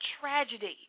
tragedy